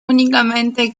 únicamente